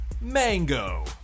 Mango